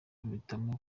mpitamo